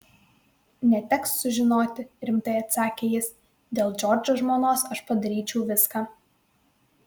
neteks sužinoti rimtai atsakė jis dėl džordžo žmonos aš padaryčiau viską